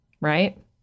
Right